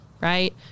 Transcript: right